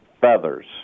feathers